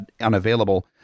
unavailable